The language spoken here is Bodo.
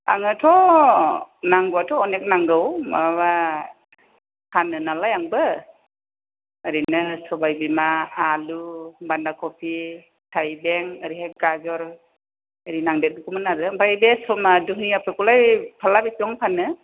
आङोथ' नांगौवाथ' अनेक नांगौ माबा फानोनालाय आंबो ओरैनो सबाय बिमा आलु बान्दा कफि थाइबें ओरैहाय गाजर ओरै नांदेरगौमोन आरो ओमफ्राय बे समना दुनियाफोरखौलाय फार्ला बेसेबां फानो